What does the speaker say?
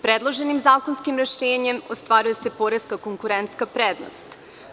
Predloženim zakonskim rešenjem ostvaruje se poreska konkurentska prednost.